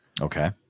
Okay